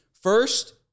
first